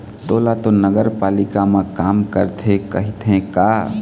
तोला तो नगरपालिका म काम करथे कहिथे का?